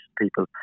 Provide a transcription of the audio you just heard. people